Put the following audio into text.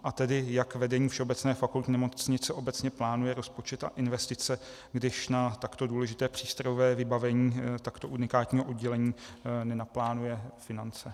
A tedy jak vedení Všeobecné fakultní nemocnice obecně plánuje rozpočet a investice, když na takto důležité přístrojové vybavení takto unikátního oddělení nenaplánuje finance.